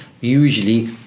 usually